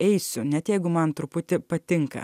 eisiu net jeigu man truputį patinka